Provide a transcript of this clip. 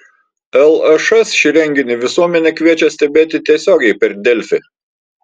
lšs šį renginį visuomenę kviečia stebėti tiesiogiai per delfi